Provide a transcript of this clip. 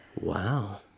Wow